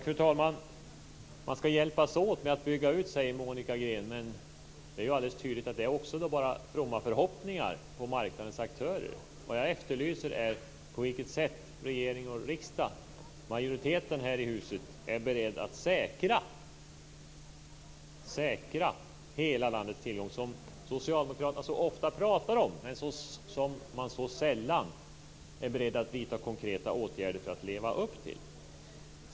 Fru talman! Man ska hjälpas åt med utbyggnaden, säger Monica Green. Men det är ju alldeles tydligt att det också bara är fromma förhoppningar på marknadens aktörer. Vad jag efterlyser är på vilket sätt regering och riksdag, majoriteten här i huset, är beredda att säkra hela landets tillgång till den bästa tekniken, vilket socialdemokraterna så ofta talar om, men som de så sällan är beredda att vidta konkreta åtgärder för att leva upp till.